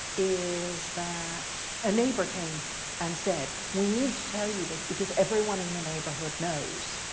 is that a neighbour came and said, we need to tell you this because everyone in the neighbourhood knows.